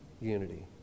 unity